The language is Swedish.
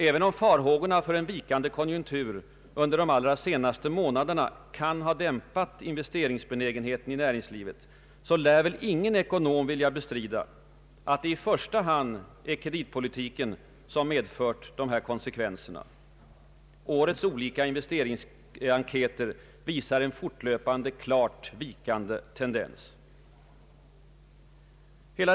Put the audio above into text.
Även om farhågorna för en vikande konjunktur under de senaste månaderna kan ha dämpat investeringsbenägenheten i näringslivet, lär ingen ekonom vilja bestrida, att det i första hand är kreditpolitiken som har medfört de här konsekvenserna. Årets olika investeringsenkäter visar en fortlöpande klart vikande tendens.